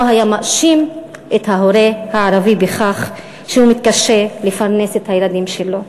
הוא לא היה מאשים את ההורה הערבי בכך שהוא מתקשה לפרנס את הילדים שלו.